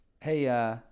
hey